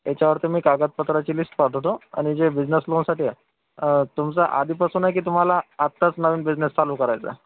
याच्यावरती मी कागदपत्राची लिस्ट पाठवतो आणि जे बिजनेस लोनसाठी आहे तुमचा आधीपासून आहे की तुम्हाला आत्ताच नवीन बिजनेस चालू करायचं आहे